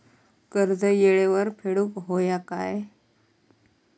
कर्ज येळेवर फेडूक होया काय?